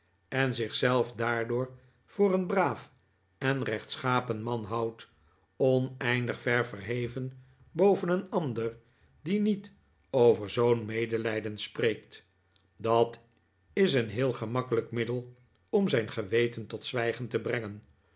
en zich zelf daardoor voor een braaf en rechtschapen man houdt oneindig ver verheven boven een ander die niet over zoo'n medelijden spreekt dat is een heel gemakkelijk middel om zijn geweten tot zwijgen te brengen